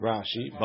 Rashi